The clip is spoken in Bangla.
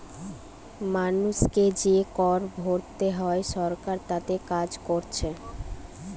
মানুষকে যে কর ভোরতে হয় সরকার তাতে কাজ কোরছে